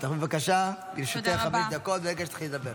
בבקשה, לרשותך חמש דקות מרגע שתתחילי לדבר.